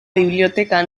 biblioteca